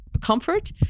comfort